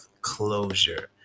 closure